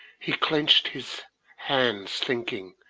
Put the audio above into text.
he clenched his hands, thinking,